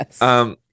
Yes